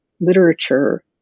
literature